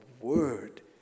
word